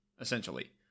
essentially